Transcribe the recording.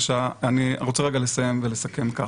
רגע לסיים ולסכם כך: